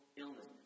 illness